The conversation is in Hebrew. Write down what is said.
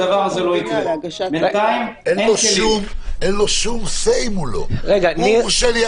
אין לו כרטיס אשראי, אין לו שום דבר, יש לו רק